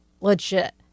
legit